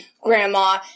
grandma